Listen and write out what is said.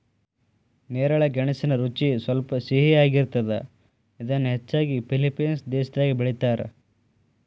ನೇರಳೆ ಗೆಣಸಿನ ರುಚಿ ಸ್ವಲ್ಪ ಸಿಹಿಯಾಗಿರ್ತದ, ಇದನ್ನ ಹೆಚ್ಚಾಗಿ ಫಿಲಿಪೇನ್ಸ್ ದೇಶದಾಗ ಬೆಳೇತಾರ